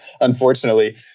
unfortunately